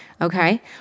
okay